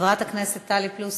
חברת הכנסת טלי פלוסקוב,